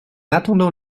attendant